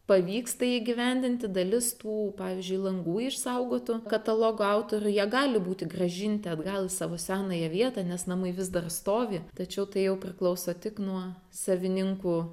pavyks tai įgyvendinti dalis tų pavyzdžiui langų išsaugotų katalogo autorių jie gali būti grąžinti atgal į savo senąją vietą nes namai vis dar stovi tačiau tai jau priklauso tik nuo savininkų